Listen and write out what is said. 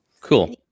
Cool